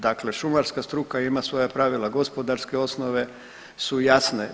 Dakle, šumarska struka ima svoja pravila, gospodarske osnove su jasne.